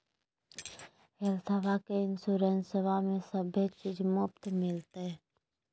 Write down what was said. हेल्थबा के इंसोरेंसबा में सभे चीज मुफ्त मिलते?